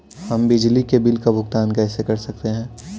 हम बिजली के बिल का भुगतान कैसे कर सकते हैं?